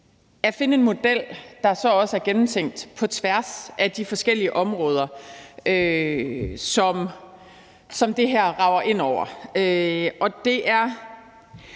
at finde en model, der så også er gennemtænkt på tværs af de forskellige områder, som det her rager ind over. Det er